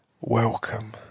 welcome